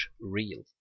real